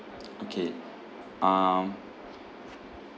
okay um